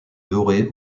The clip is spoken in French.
dorée